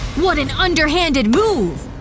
what an underhanded move!